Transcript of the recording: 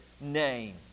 name